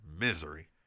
misery